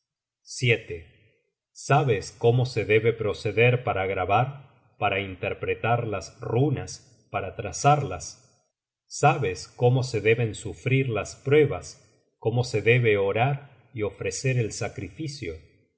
muchas sabes cómo se debe proceder para grabar para interpretar las runas para trazarlas sabes cómo se deben sufrir las pruebas cómo se debe orar y ofrecer el sacrificio